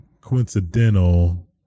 coincidental